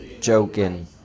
joking